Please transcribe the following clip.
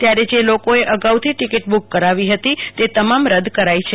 ત્યારે જે લોકોએ અગાઉથી ટિકિટ બુક કરાવી હતી તે તમામ રદ કરાઈ છે